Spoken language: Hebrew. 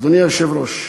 אדוני היושב-ראש,